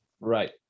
Right